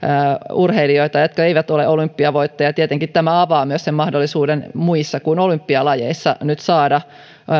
urheilijoita jotka eivät ole olympiavoittajia tietenkin tämä avaa mahdollisuuden myös muissa kuin olympialajeissa nyt saada